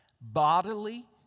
bodily